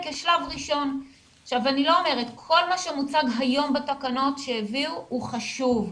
כל מה שמוצג היום בתקנות שהביאו הוא חשוב.